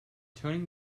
turning